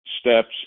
steps